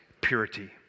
purity